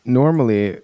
normally